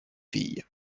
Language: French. filles